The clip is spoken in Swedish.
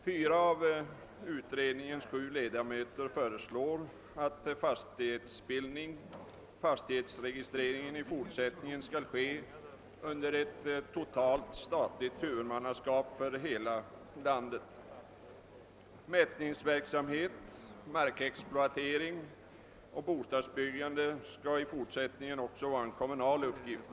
Fyra av utredningens sju ledamöter föreslår att fastighetsbildningen och fastighetsregistreringen i fortsättningen shall ske under totalt statligt huvudmannaskap för hela landet. Mätningsverksamhet, markexploatering och bostadsbyggande skall också i fortsättningen vara en kommunal uppgift.